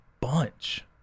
bunch